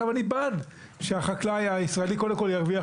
אני בעד שהחקלאי הישראלי קודם כל ירוויח